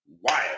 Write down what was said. wild